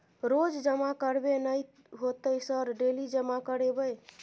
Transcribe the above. रोज जमा करबे नए होते सर डेली जमा करैबै?